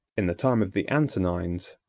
in the time of the antonines,